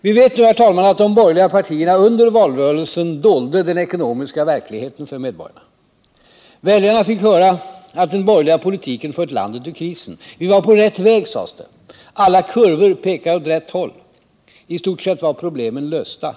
Vi vet nu, herr talman, att de borgerliga partierna under valrörelsen dolde den ekonomiska verkligheten för medborgarna. Väljarna fick höra att den borgerliga politiken fört landet ur krisen. Vi var på rätt väg, sades det. Alla kurvor pekade åt rätt håll. I stort sett var problemen lösta.